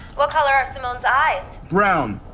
what color are simone's eyes? brown.